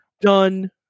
done